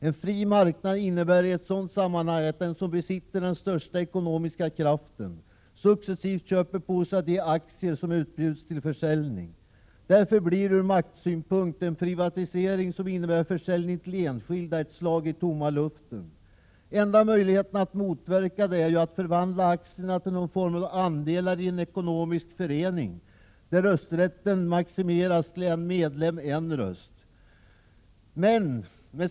En fri marknad innebär i ett sådant sammanhang att den som besitter den största ekonomiska kraften successivt köper de aktier som utbjuds till försäljning. Därför blir från maktsynpunkt en privatisering, som innebär försäljning till enskilda, ett slag i tomma luften. Enda möjligheten att motverka detta är ju att förvandla aktierna till någon form av andelar i en ekonomisk förening där rösträtten maximeras till en medlemen röst.